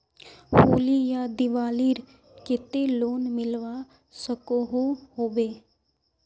होली या दिवालीर केते लोन मिलवा सकोहो होबे?